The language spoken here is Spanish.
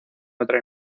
otra